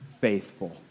faithful